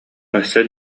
өссө